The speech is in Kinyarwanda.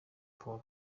paul